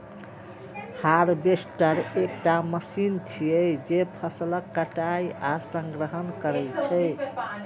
harvester एकटा machine छियै, जे फसलक कटाइ आ संग्रहण करै छै